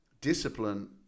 Discipline